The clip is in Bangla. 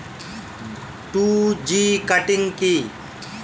টু জি কাটিং কি?